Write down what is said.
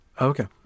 Okay